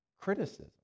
criticism